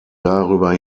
darüber